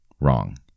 Wrong